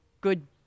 good